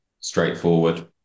straightforward